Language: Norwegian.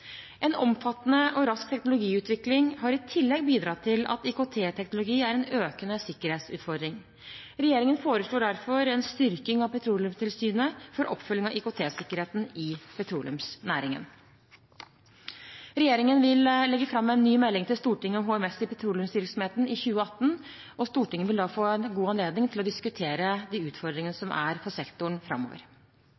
En omfattende og rask teknologiutvikling har i tillegg bidratt til at IKT-teknologi er en økende sikkerhetsutfordring. Regjeringen foreslår derfor en styrking av Petroleumstilsynet for oppfølging av IKT-sikkerheten i petroleumsnæringen. Regjeringen vil legge fram en ny melding til Stortinget om HMS i petroleumsvirksomheten i 2018. Stortinget vil da få en god anledning til å diskutere de utfordringene